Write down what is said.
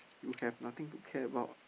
you have nothing to care about